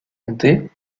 comté